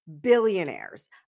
Billionaires